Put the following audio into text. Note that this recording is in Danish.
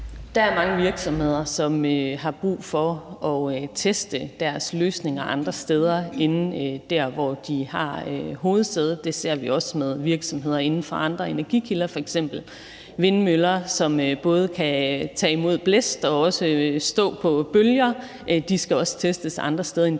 Der er mange virksomheder, som har brug for at teste deres løsninger andre steder end der, hvor de har hovedsæde. Det ser vi også med virksomheder inden for andre energikilder, f.eks. vindmøller, som både kan tage imod blæst og også stå på bølger, og som også skal testes andre steder end i